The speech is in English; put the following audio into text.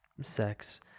sex